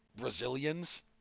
Brazilians